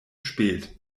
spät